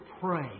pray